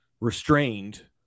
restrained